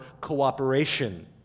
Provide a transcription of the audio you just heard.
cooperation